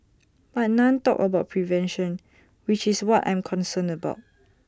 but none talked about prevention which is what I'm concerned about